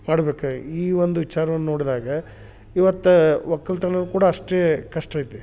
ಮಾಡ್ಬೇಕು ಈ ಒಂದು ವಿಚಾರವನ್ನ ನೋಡ್ದಾಗ ಇವತ್ತು ಒಕ್ಕಲ್ತನವು ಕೂಡ ಅಷ್ಟೇ ಕಷ್ಟ ಐತೆ